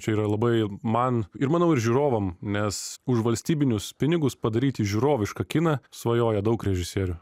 čia yra labai man ir manau ir žiūrovam nes už valstybinius pinigus padaryti žiūrovišką kiną svajoja daug režisierių